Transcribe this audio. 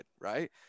Right